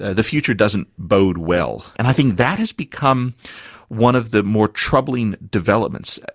ah the future doesn't bode well. and i think that has become one of the more troubling developments.